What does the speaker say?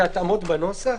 אלה התאמות בנוסח.